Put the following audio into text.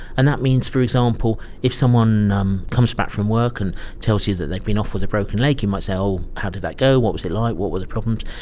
and that means, for example, if someone um comes back from work and tells you that they've been off with a broken leg, you might say, oh, how did that go, what was it like, what were the problems?